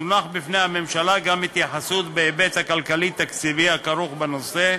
תונח בפני הממשלה גם התייחסות בהיבט הכלכלי-תקציבי הכרוך בנושא,